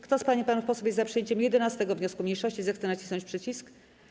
Kto z pań i panów posłów jest za przyjęciem 11. wniosku mniejszości, zechce nacisnąć przycisk.